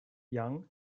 young